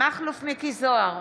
מכלוף מיקי זוהר,